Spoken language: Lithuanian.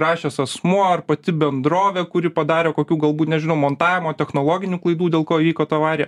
rašęs asmuo ar pati bendrovė kuri padarė kokių galbūt nežinau montavimo technologinių klaidų dėl ko įvyko ta avarija